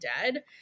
dead